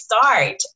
start